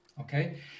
okay